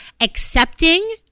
accepting